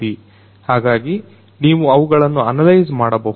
ಹಾಗಾಗಿ ನೀವು ಅವುಗಳನ್ನು ಅನಲೈಜ್ ಮಾಡಬಹುದು